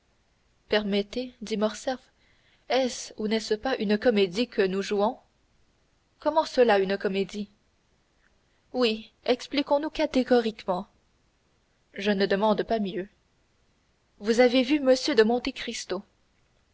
permettez dit morcerf est-ce ou n'est-ce pas une comédie que nous jouons comment cela une comédie oui expliquons-nous catégoriquement je ne demande pas mieux vous avez vu m de